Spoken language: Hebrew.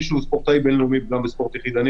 גם ספורטאי בין-לאומי בספורט יחידני